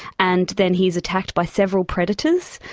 and then he is attacked by several predators,